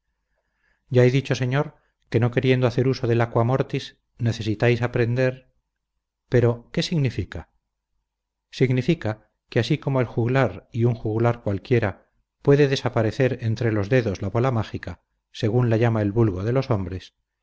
ya he dicho señor que no queriendo hacer uso del aqua mortis necesitáis aprender pero qué significa significa que así como el juglar y un juglar cualquiera hace desaparecer entre los dedos la bola mágica según la llama el vulgo de los hombres